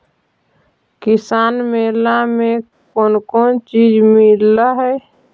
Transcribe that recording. किसान मेला मे कोन कोन चिज मिलै है?